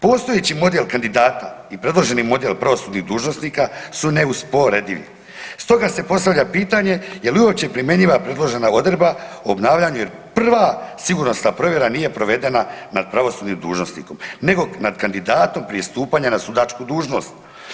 Postojeći model kandidata i predloženi model pravosudnih dužnosnika su neusporedivi, stoga se postavlja pitanje je li uopće primjenjiva predložena odredba o obnavljanju, jer prva sigurnosna provjera nije provedena nad pravosudnim dužnosnikom nego nad kandidatom prije stupanja na sudačku dužnost.